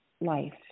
life